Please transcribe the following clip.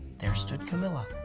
there stood camilla,